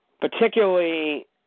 Particularly